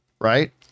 right